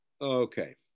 Okay